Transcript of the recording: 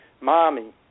mommy